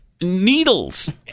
needles